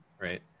right